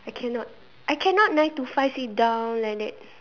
I cannot I cannot learn to fuss it down like that